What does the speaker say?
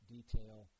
detail